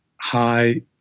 high